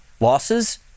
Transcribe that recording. Losses